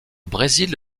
brésil